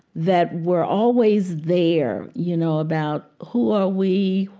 that were always there, you know, about who are we?